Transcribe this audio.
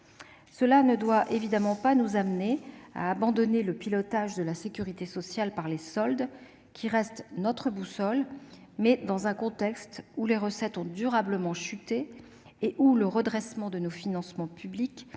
Cela ne doit évidemment pas nous amener à abandonner le pilotage de la sécurité sociale par les soldes, qui reste notre boussole ; toutefois, dans un contexte dans lequel les recettes ont durablement chuté et dans lequel le redressement de nos finances publiques